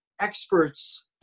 experts